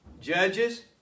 Judges